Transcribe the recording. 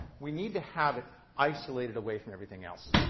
we need to have it isolated away from everything else.